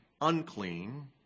unclean